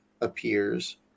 appears